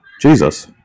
Jesus